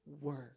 work